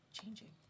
changing